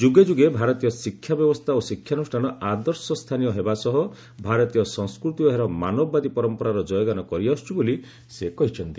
ଯୁଗେ ଯୁଗେ ଭାରତୀୟ ଶିକ୍ଷା ବ୍ୟବସ୍ଥା ଓ ଶିକ୍ଷାନୁଷାନ ଆଦର୍ଶ ସ୍ଥାନୀୟ ହେବା ସହ ଭାରତୀୟ ସଂସ୍କୃତି ଓ ଏହାର ମାନବବାଦୀ ପରମ୍ପରାର ଜୟଗାନ କରିଆସୁଛି ବୋଲି ସେ କହିଚ୍ଛନ୍ତି